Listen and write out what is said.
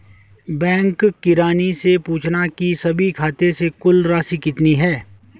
bank किरानी से पूछना की सभी खाते से कुल राशि कितनी है